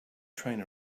train